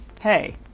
hey